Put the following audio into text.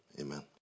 amen